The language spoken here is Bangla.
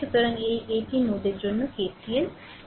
সুতরাং এই এই নোডের জন্য KCL